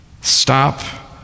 Stop